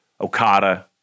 Okada